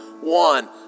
One